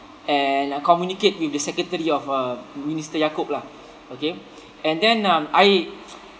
and communicate with the secretary of uh minister yaacob lah okay and then um I